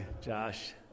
Josh